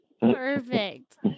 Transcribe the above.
Perfect